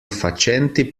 facenti